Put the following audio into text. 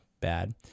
bad